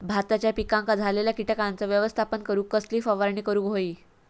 भाताच्या पिकांक झालेल्या किटकांचा व्यवस्थापन करूक कसली फवारणी करूक होई?